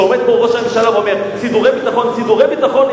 שעומד פה ראש הממשלה ואומר: "סידורי ביטחון" סידורי ביטחון,